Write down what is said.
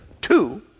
Two